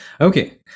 Okay